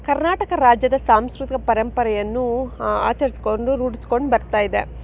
ಕರ್ನಾಟಕ ರಾಜ್ಯದ ಸಾಂಸ್ಕೃತಿಕ ಪರಂಪರೆಯನ್ನು ಆಚರಿಸಿಕೊಂಡು ರೂಢಿಸ್ಕೊಂಡು ಬರ್ತಾ ಇದೆ